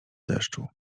deszczu